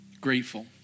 grateful